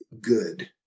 good